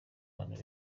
abantu